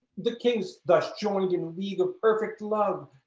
the kings thus joined in league of perfect love,